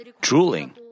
drooling